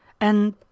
And